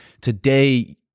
today